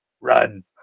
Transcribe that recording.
run